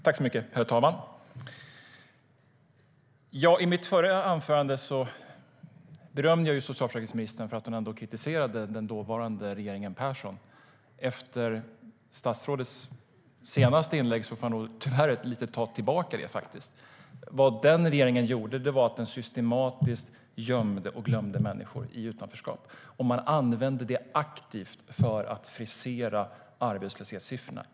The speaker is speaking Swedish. Herr talman! I mitt förra inlägg berömde jag socialförsäkringsministern för att hon kritiserade den dåvarande regeringen Persson. Efter statsrådets senaste inlägg får jag nog tyvärr ta tillbaka det lite grann. Det som den regeringen gjorde var att systematiskt gömma och glömma människor i utanförskap. Man använde det aktivt för att frisera arbetslöshetssiffrorna.